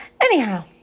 Anyhow